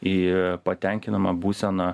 į patenkinamą būseną